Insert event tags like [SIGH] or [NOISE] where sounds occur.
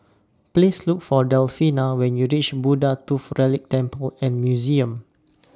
Please Look For Delfina when YOU REACH Buddha Tooth Relic Temple and Museum [NOISE]